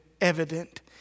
evident